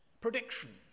prediction